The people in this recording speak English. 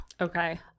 Okay